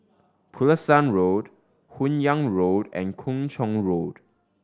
Pulasan Road Hun Yeang Road and Kung Chong Road